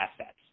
assets